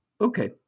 Okay